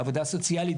עבודה סוציאלית,